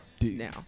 Now